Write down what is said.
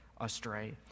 astray